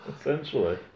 Essentially